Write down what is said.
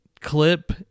clip